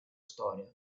storia